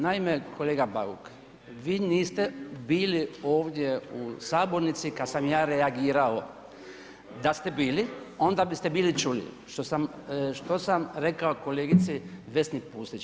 Naime, kolega Bauk vi niste bili ovdje u sabornici kad sam ja reagirao, da ste bili onda biste bili čuli što sam rekao kolegici Vesni Pusić.